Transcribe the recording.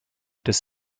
des